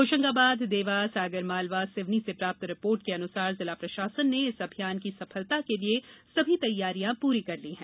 होषंगाबाद देवास आगर मालवा सिवनी से प्राप्त रिपोर्ट के अनुसार जिला प्रषासन ने इस अभियान की सपफलता के लिए सभी तैयारियां पूरी कर ली हैं